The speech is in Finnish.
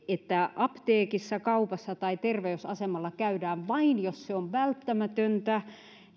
että apteekissa kaupassa tai terveysasemalla käydään vain jos se on välttämätöntä